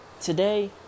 Today